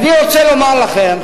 ואני רוצה לומר לכם,